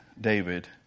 David